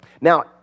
Now